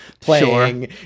playing